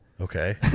Okay